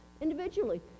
individually